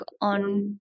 on